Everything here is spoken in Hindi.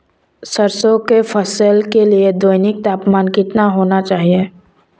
सरसों की फसल के लिए दैनिक तापमान कितना होना चाहिए?